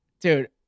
dude